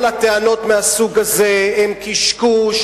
כל הטענות מהסוג הזה הן קשקוש.